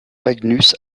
magnus